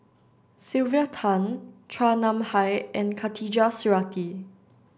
Sylvia Tan Chua Nam Hai and Khatijah Surattee